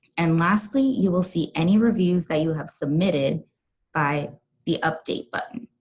and lastly you will see any reviews that you have submitted by the update button.